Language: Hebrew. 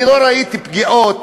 אני לא ראיתי פגיעות